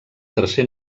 tercer